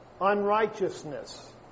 unrighteousness